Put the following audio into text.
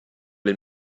les